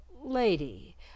Lady